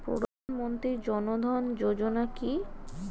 প্রধানমন্ত্রী জনধন যোজনা কি?